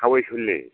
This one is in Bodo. हावै सुलि